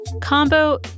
Combo